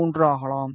3 ஆகலாம்